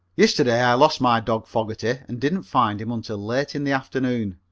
yesterday i lost my dog fogerty and didn't find him until late in the afternoon.